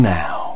now